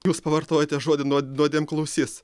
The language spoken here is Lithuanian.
jūs pavartojote žodį nuod nuodėmklausys